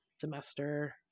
semester